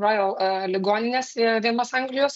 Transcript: royal ligoninės vienos anglijos